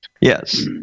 yes